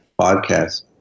podcast